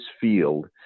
field